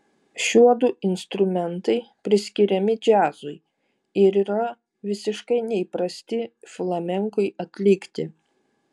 šiuodu instrumentai priskiriami džiazui ir yra visiškai neįprasti flamenkui atlikti